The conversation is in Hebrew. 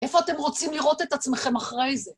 איפה אתם רוצים לראות את עצמכם אחרי זה?